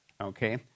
Okay